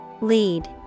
Lead